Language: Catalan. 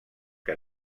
que